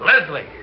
Leslie